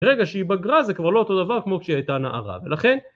ברגע שהיא בגרה זה כבר לא אותו דבר כמו כשהיא הייתה נערה, ולכן...